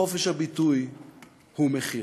חופש הביטוי הוא מחירה.